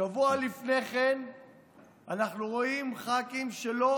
שבוע לפני כן אנחנו רואים ח"כים שלא